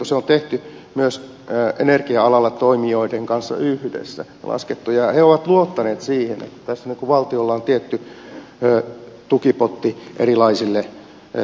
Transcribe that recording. se on laskettu myös energia alalla toimijoiden kanssa yhdessä ja he ovat luottaneet siihen että tässä valtiolla on tietty tukipotti erilaisille tuotantomalleille